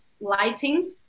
lighting